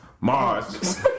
Mars